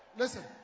listen